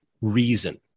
reason